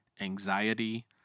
anxiety